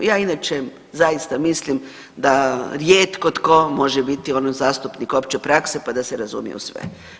Ja inače zaista mislim da rijetko tko može biti zastupnik opće prakse pa da se razumije u sve.